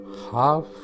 Half